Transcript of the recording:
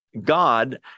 God